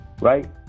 right